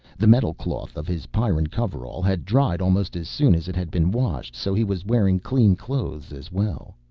the metalcloth of his pyrran coverall had dried almost as soon as it had been washed so he was wearing clean clothes as well.